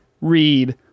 read